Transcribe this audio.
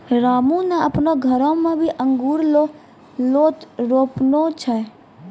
रामू नॅ आपनो घरो मॅ भी अंगूर के लोत रोपने छै